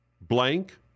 Blank